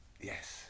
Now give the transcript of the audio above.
Yes